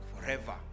forever